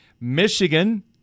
Michigan